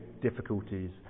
difficulties